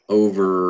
over